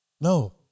No